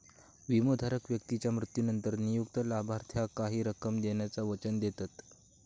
विमोधारक व्यक्तीच्या मृत्यूनंतर नियुक्त लाभार्थाक काही रक्कम देण्याचा वचन देतत